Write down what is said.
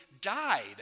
died